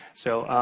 so,